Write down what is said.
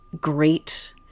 great